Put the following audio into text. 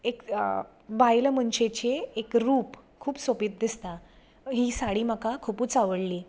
एक बायल मनशेचें एक रूप खूब सोबीत दिसता ही साडी म्हाका खुपूच आवडली